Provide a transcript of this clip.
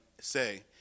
say